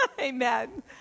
Amen